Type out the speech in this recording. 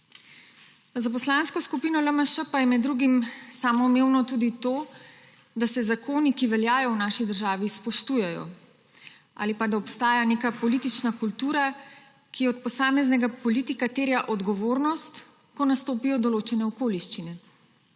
Za Poslansko skupino LMŠ pa je med drugim samoumevno tudi to, da se zakoni, ki veljajo v naši državi, spoštujejo ali pa da obstaja neka politična kultura, ki od posameznega politika terja odgovornost, ko nastopijo določene okoliščine.